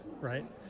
right